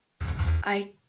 I-